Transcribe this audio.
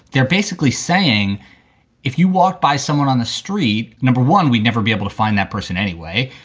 they're basically saying if you walk by someone on the street, number one, we'd never be able to find that person anyway.